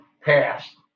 past